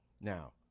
Now